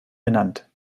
benannt